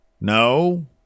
No